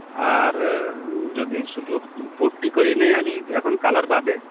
আর যদি শুধু পুট্টি করিয়ে নিই আমি এখন কালার বাদে